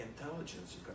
intelligence